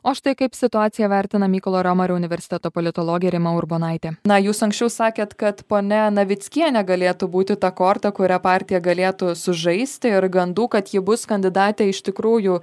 o štai kaip situaciją vertina mykolo riomerio universiteto politologė rima urbonaitė na jūs anksčiau sakėt kad ponia navickienė galėtų būti ta korta kuria partija galėtų sužaisti ir gandų kad ji bus kandidatė iš tikrųjų